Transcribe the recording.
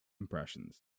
impressions